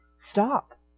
Stop